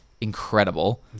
incredible